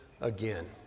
again